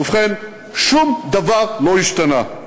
ובכן, שום דבר לא השתנה.